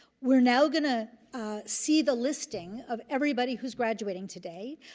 we're now going to see the listing of everybody who's graduating today.